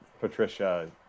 Patricia